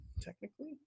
technically